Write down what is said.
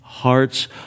hearts